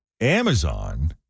Amazon